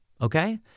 okay